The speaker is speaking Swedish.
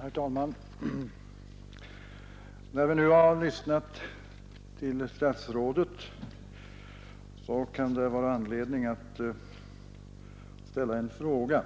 Herr talman! När vi nu har lyssnat till statsrådet Lidbom kan det finnas anledning att ställa en fråga,